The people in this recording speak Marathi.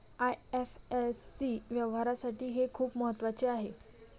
आई.एफ.एस.सी व्यवहारासाठी हे खूप महत्वाचे आहे